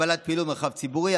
הגבלת פעילות במרחב ציבורי,